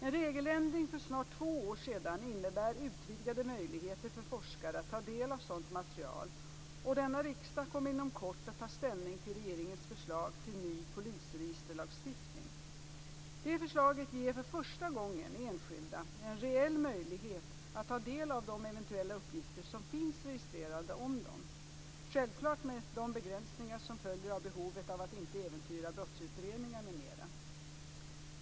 En regeländring för snart två år sedan innebär utvidgade möjligheter för forskare att ta del av sådant material, och denna riksdag kommer inom kort att ta ställning till regeringens förslag till ny polisregisterlagstiftning. Det förslaget ger för första gången enskilda en reell möjlighet att ta del av de eventuella uppgifter som finns registrerade om dem; självklart med de begränsningar som följer av behovet att inte äventyra brottsutredningar m.m.